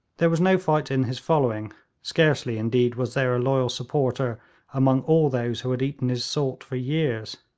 there was no fight in his following scarcely, indeed, was there a loyal supporter among all those who had eaten his salt for years.